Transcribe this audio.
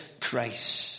Christ